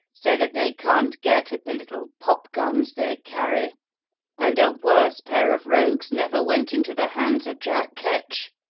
so that they can't get at the little popguns they carry and a worse pair of rogues never went into the hands of jack ketch!